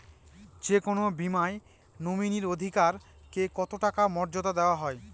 যে কোনো বীমায় নমিনীর অধিকার কে কতটা মর্যাদা দেওয়া হয়?